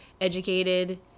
educated